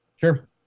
Sure